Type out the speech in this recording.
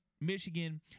Michigan